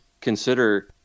consider